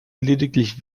lediglich